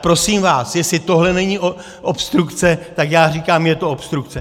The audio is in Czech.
Prosím vás, jestli tohle není obstrukce, tak já říkám je to obstrukce!